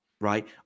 Right